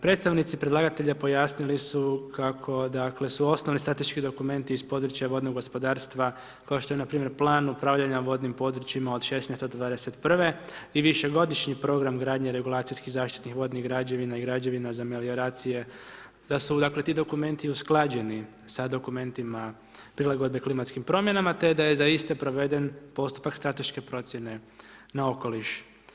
Predstavnici predlagatelja pojasnili su kako dakle su osnovni strateški dokumenti iz područja vodnog gospodarstva, kao što je na primjer Plan upravljanja vodnim područjima od 2016. do 2021., i višegodišnji program gradnje regulacijskih zaštitnih vodnih građevina i građevina za melioracije, da su dakle ti dokumenti usklađeni sa dokumentima prilagodbe klimatskim promjenama, te da je za iste proveden postupak strateške procjene na okoliš.